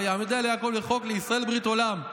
ויעמידה ליעקב לחֹק לישראל ברית עולם.